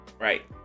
Right